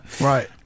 Right